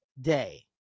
day